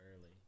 early